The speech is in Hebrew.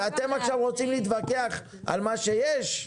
אתם עכשיו רוצים להתווכח על מה שיש?